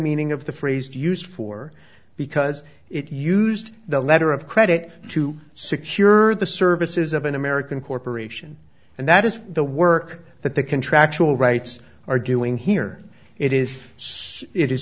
meaning of the phrase used for because it used the letter of credit to secure the services of an american corporation and that is the work that the contractual rights are doing here it i